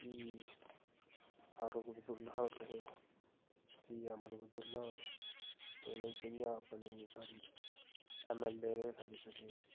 एह् फारुख अब्दुल्ला होर रेह् फ्ही अमर अब्दुल्ला होर उ'नें जियां अपने साढ़ी एम एल ऐ रेह् साढ़ी तहसील च